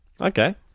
Okay